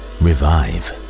revive